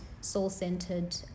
soul-centered